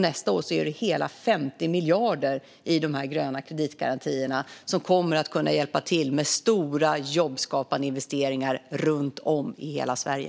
Nästa år kommer hela 50 miljarder i gröna kreditgarantier att kunna hjälpa till med stora, jobbskapande investeringar runt om i hela Sverige.